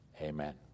Amen